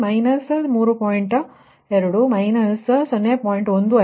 15 ಆಗಿರುತ್ತದೆ ಆದ್ದರಿಂದ 3